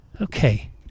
Okay